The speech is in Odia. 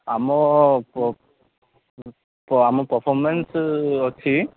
ଆମ ଆମ ପର୍ଫୋମାନ୍ସ ଅଛି